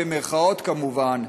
במירכאות כמובן,